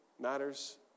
matters